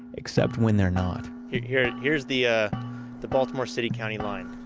except when they're not here's here's the ah the baltimore city county line